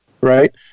right